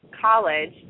college